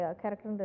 character